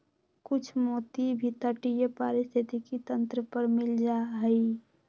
कुछ मोती भी तटीय पारिस्थितिक तंत्र पर मिल जा हई